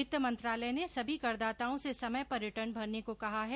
वित्त मंत्रालय ने सभी करदाताओं से समय पर रिटर्न भरने को कहा है